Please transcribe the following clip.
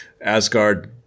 Asgard